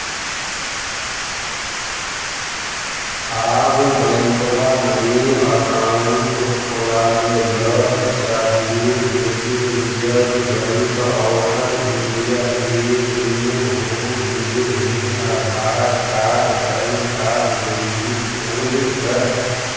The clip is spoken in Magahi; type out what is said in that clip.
आब बैंकवा मे अकाउंट खोलावे ल चाहिए लेकिन रिजर्व बैंक ऑफ़र इंडिया के नियम हो गेले हे आधार कार्ड पैन कार्ड जरूरी खोज है?